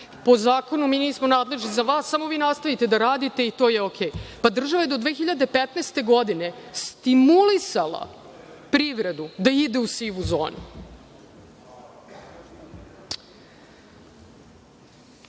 po zakonu mi nismo nadležni za vas, samo vi nastavite da radite i to je okej. Država je do 2015. godine stimulisala privredu da ide u sivu